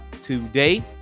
today